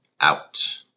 out